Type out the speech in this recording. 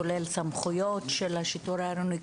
כולל הסמכויות של השיטור העירוני,